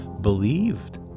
believed